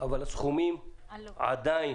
אבל עדיין